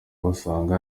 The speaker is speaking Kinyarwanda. basanga